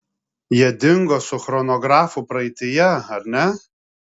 jie dingo su chronografu praeityje ar ne